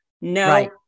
No